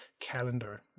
calendar